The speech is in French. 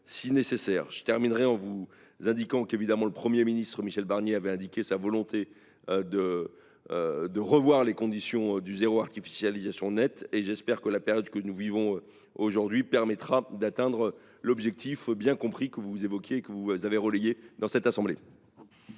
si nécessaire. Pour terminer, je vous rappelle que le Premier ministre Michel Barnier a indiqué sa volonté de revoir les conditions du zéro artificialisation nette. J’espère que la période que nous vivons aujourd’hui permettra d’atteindre l’objectif bien compris que vous avez relayé dans cette assemblée.